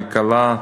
כלכלה,